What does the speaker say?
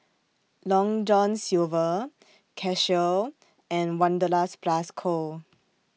Long John Silver Casio and Wanderlust Plus Co